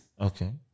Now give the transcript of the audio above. Okay